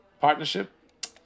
Partnership